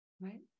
right